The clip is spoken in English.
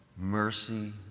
mercy